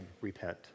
repent